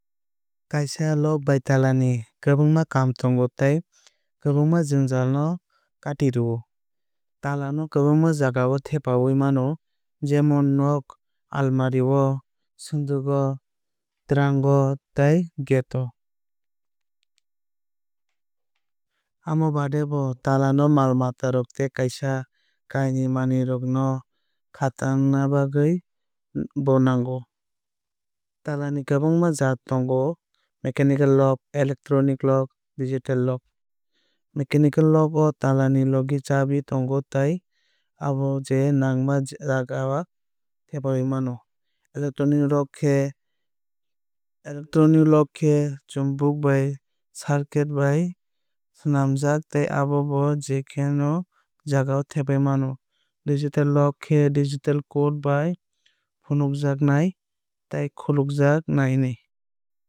Kaisa lock ba tala ni kwbangma kaam tongo tei kwbangma jwngjal no kati rio. Tala no kwbangma jagao thepai mano jemon nogo almirah o swndwk o trunk o tei gate o. Amo baade bo tala no mal mata tei kaisa kainwui manwui rok no khanani bagwui bo nango. Talani kwbangma jaat tongo jemon mechanical lock electronic lock digital lock. Mechanical lock o tala ni logi chabi tongo tei bono je nangma jaga o thepawui mano. Electonic lock khe chumbok ba circuit bai swlamjak tei abono bo je kunu jaga o thapai mano. Digital lock khe digital code bai fwnangkjak nai tei khulogjaknai.